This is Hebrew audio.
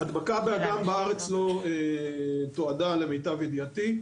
הדבקה באדם בארץ לא תועדה, למיטב ידיעתי.